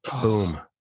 Boom